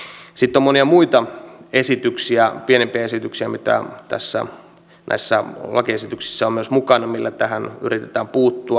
sitten on monia muita pienempiä esityksiä mitä näissä lakiesityksissä on myös mukana joilla tähän yritetään puuttua